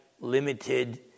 limited